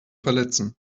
verletzen